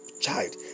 child